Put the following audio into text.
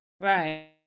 Right